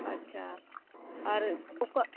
ᱟᱪ ᱪᱷᱟ ᱟᱨ ᱚᱠᱟ